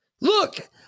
Look